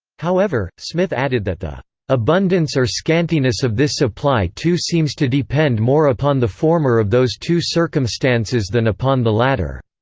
however, smith added that the abundance or scantiness of this supply too seems to depend more upon the former of those two circumstances than upon the latter.